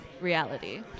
reality